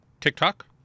TikTok